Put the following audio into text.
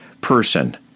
person